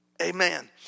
amen